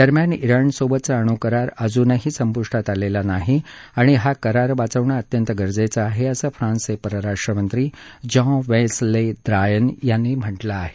दरम्यान जिणसोबतचा अणुकरार अजुनही संपुष्टात आलेला नाही आणि हा करार वाचवणं अत्यंत गरजेचं आहे असं फ्रान्सचे परराष्ट्रमंत्री जॉं वेस ले द्रायन यांनी म्हटलं आहे